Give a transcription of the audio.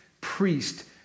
priest